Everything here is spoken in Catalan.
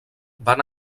van